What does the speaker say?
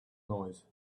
noise